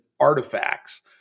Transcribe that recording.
artifacts